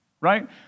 right